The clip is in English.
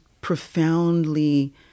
profoundly